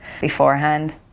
beforehand